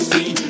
See